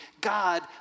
God